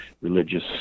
religious